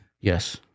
Yes